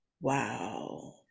Wow